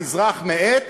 המזרח מאט,